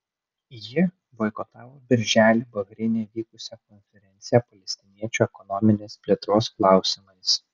ji boikotavo birželį bahreine vykusią konferenciją palestiniečių ekonominės plėtros klausimais